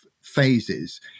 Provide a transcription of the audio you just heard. phases